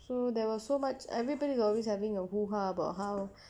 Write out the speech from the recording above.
so there was so much everybody got always having a hoo-ha about how